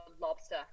Lobster